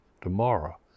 tomorrow